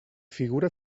figura